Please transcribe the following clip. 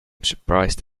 surprised